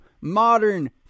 modern